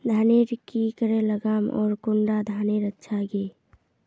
धानेर की करे लगाम ओर कौन कुंडा धानेर अच्छा गे?